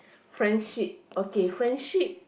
friendship okay friendship